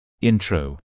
Intro